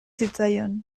zitzaion